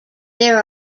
there